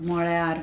मळ्यार